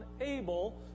unable